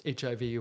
HIV